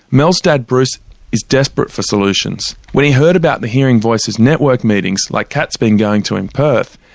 mel's dad bruce is desperate for solutions. when he heard about the hearing voices network meetings like kat's been going to in perth,